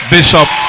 Bishop